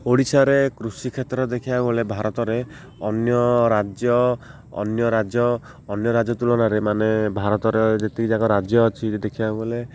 ଓଡ଼ିଶାରେ କୃଷି କ୍ଷେତ୍ର ଦେଖିବାକୁ ଗଲେ ଭାରତରେ ଅନ୍ୟ ରାଜ୍ୟ ଅନ୍ୟ ରାଜ୍ୟ ଅନ୍ୟ ରାଜ୍ୟ ତୁଳନାରେ ମାନେ ଭାରତରେ ଯେତିକଯାକ ରାଜ୍ୟ ଅଛି ଦେଖିବାକୁ ଗଲେ